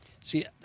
See